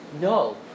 no